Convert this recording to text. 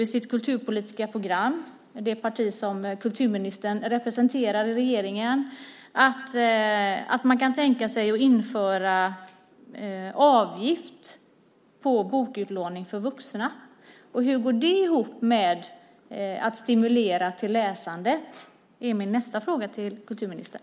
I sitt kulturpolitiska program skriver Moderaterna, det parti som kulturministern representerar, att man kan tänka sig att införa avgift på bokutlåning för vuxna. Hur går det ihop med att man vill stimulera läsandet? Det är min nästa fråga till kulturministern.